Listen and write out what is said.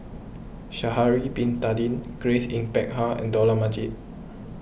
Sha'ari Bin Tadin Grace Yin Peck Ha and Dollah Majid